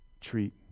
treat